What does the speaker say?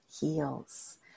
heals